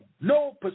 No